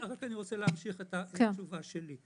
אני רוצה להמשיך את התשובה שלי.